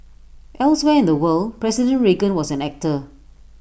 elsewhere in the world president Reagan was an actor